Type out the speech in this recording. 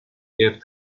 kept